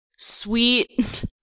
Sweet